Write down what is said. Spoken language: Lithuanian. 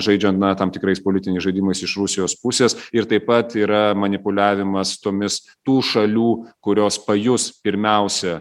žaidžiant na tam tikrais politiniais žaidimais iš rusijos pusės ir taip pat yra manipuliavimas tomis tų šalių kurios pajus pirmiausia